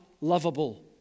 lovable